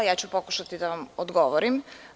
Ja ću pokušati da vam odgovorim.